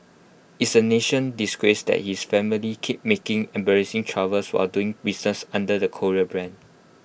it's A national disgrace that this family keeps making embarrassing troubles while doing business under the Korea brand